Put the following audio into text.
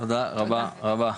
תודה רבה, רבה,